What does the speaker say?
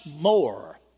more